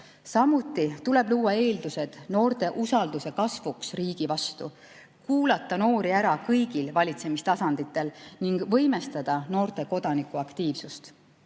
Samuti tuleb luua eeldused noorte usalduse kasvuks riigi vastu, kuulata noori ära kõigil valitsemistasanditel ning võimestada noorte kodanikuaktiivsust.